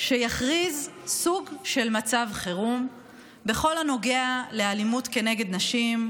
שיכריז על סוג של מצב חירום בכל הנוגע לאלימות כנגד נשים,